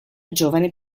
giovane